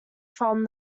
from